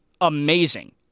amazing